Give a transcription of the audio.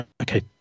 okay